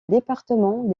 département